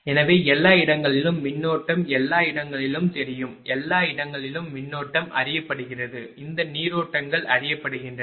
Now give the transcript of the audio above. எனவே எல்லா இடங்களிலும் மின்னோட்டம் எல்லா இடங்களிலும் தெரியும் எல்லா இடங்களிலும் மின்னோட்டம் அறியப்படுகிறது இந்த நீரோட்டங்கள் அறியப்படுகின்றன